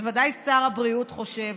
בוודאי שר הבריאות חושב,